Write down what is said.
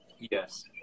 Yes